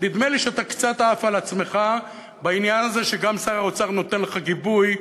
נדמה לי שאתה קצת עף על עצמך בעניין הזה שגם שר האוצר נותן לך גיבוי.